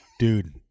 Dude